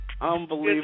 Unbelievable